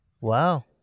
Wow